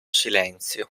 silenzio